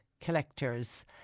collectors